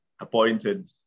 appointed